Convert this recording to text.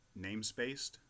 namespaced